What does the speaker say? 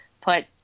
put